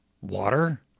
Water